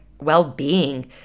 well-being